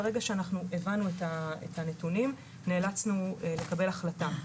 ברגע שאנחנו הבנו את הנתונים נאלצנו לקבל החלטה.